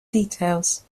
details